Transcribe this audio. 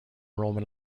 roman